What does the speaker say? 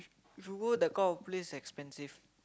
if you go that kind of place expensive